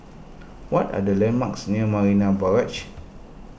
what are the landmarks near Marina Barrage